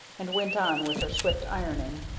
and went on with her swift ironing.